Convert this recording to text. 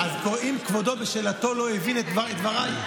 אם כבודו בשאלתו לא הבין את דבריי,